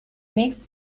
mixed